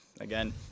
Again